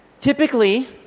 Typically